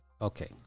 okay